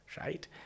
Right